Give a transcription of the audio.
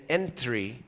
entry